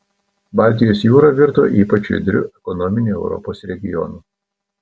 baltijos jūra virto ypač judriu ekonominiu europos regionu